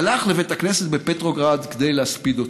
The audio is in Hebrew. הלך לבית הכנסת בפטרוגרד כדי להספיד אותו.